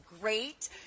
great